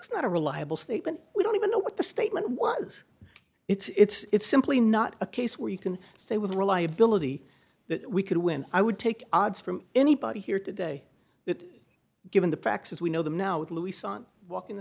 it's not a reliable statement we don't even know what the statement was it's simply not a case where you can say with the reliability that we could win i would take odds from anybody here today that given the facts as we know them now with luis on walking the